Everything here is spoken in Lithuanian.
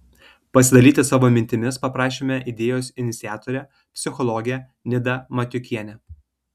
pasidalyti savo mintimis paprašėme idėjos iniciatorę psichologę nidą matiukienę